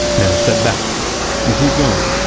now step back and keep going,